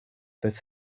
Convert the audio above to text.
that